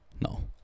No